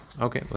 Okay